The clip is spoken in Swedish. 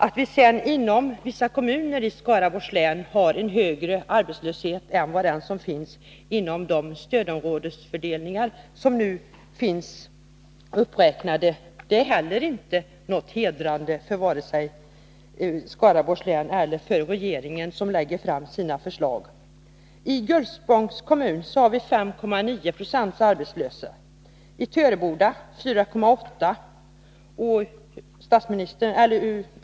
Att vi sedan inom vissa kommuner i Skaraborgs län har en högre arbetslöshet än inom de stödområdesfördelningar som nu har räknats upp är heller inte något hedrande vare sig för Skaraborgs län eller för regeringen, som har att lägga fram förslag. I Gullspångs kommun är 5,9 20 arbetslösa och i Töreboda 4,8 90.